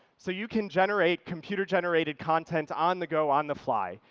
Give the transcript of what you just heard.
so you can generate computer generated content on the go, on the fly.